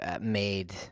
made